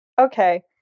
Okay